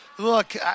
Look